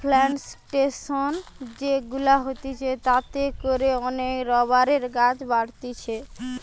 plantation যে গুলা হতিছে তাতে করে অনেক রাবারের গাছ বাড়তিছে